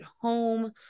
home